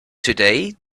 today